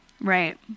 Right